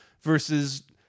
versus